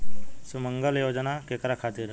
सुमँगला योजना केकरा खातिर ह?